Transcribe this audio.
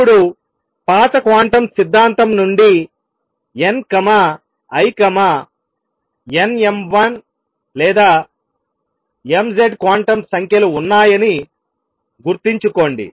ఇప్పుడు పాత క్వాంటం సిద్ధాంతం నుండి n l n ml లేదా mz క్వాంటం సంఖ్యలు ఉన్నాయని గుర్తుంచుకోండి